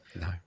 No